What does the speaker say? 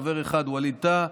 חבר אחד: ווליד טאהא,